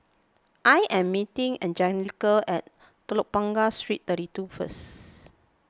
I am meeting Anjelica at Telok Blangah Street thirty two first